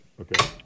Okay